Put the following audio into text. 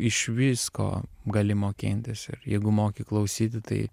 iš visko gali mokintis ir jeigu moki klausyti tai